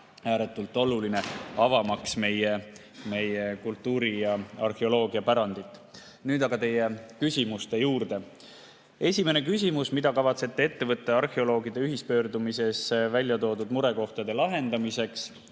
ääretult oluline, avamaks meie kultuuri‑ ja arheoloogiapärandit. Nüüd teie küsimuste juurde. Esimene küsimus: "Mida kavatsete ette võtta arheoloogide ühispöördumises [13. jaanuaril] välja toodud murekohtade lahendamiseks?"